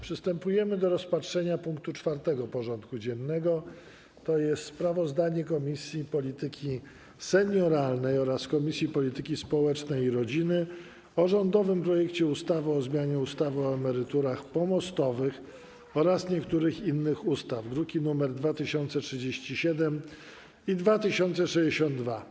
Przystępujemy do rozpatrzenia punktu 4. porządku dziennego: Sprawozdanie Komisji Polityki Senioralnej oraz Komisji Polityki Społecznej i Rodziny o rządowym projekcie ustawy o zmianie ustawy o emeryturach pomostowych oraz niektórych innych ustaw (druki nr 2037 i 2062)